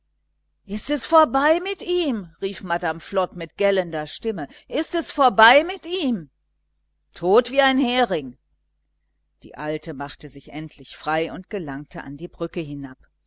ist es vorbei mit ihm rief madame flod mit gellender stimme ist es vorbei mit ihm tot wie ein hering die alte machte sich endlich frei und gelangte an die brücke hinab